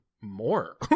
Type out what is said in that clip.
more